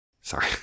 Sorry